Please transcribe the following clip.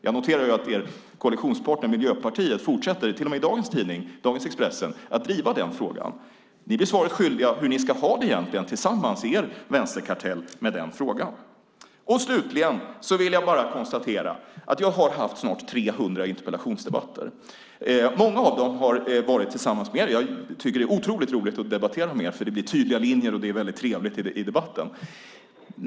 Jag noterar att er koalitionspartner Miljöpartiet fortsätter, till och med i dagens Expressen, att driva den frågan. Ni blir svaret skyldiga hur ni ska ha det tillsammans i er vänsterkartell med den frågan. Slutligen vill jag bara konstatera att jag snart har haft 300 interpellationsdebatter. Många av dem har varit tillsammans med er. Jag tycker att det är otroligt roligt att debattera med er, för det blir tydliga linjer och det är väldigt trevligt i debatten.